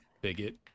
Bigot